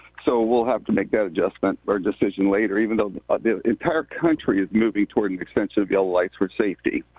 so we'll have to make that adjustment or decision later, even though the entire country is moving towards an extension of yellow lights for safety,